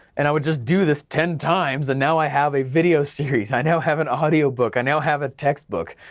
and i would just do this ten times and now i have a video series, i now have an audiobook, i now have a textbook,